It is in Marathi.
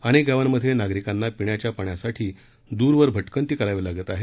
अनेक गावांमध्ये नागरिकांना पिण्याच्या पाण्यासाठी दूरवर भटकंती करावी लागत आहे